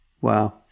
wow